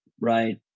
right